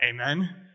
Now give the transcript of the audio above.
Amen